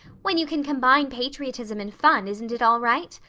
when you can combine patriotism and fun, isn't it all right?